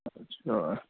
اچھا